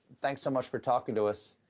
thanks so much for talking to us.